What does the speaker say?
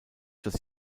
das